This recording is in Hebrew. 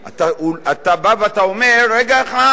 אתה אומר: רגע אחד,